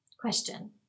Question